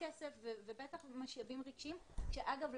ובטח משאבים רגשיים שאגב,